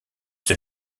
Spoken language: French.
the